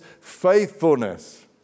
faithfulness